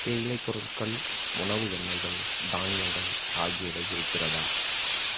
தேயிலை பொருட்கள் உணவு எண்ணெய்கள் தானியங்கள் ஆகியவை இருக்கிறதா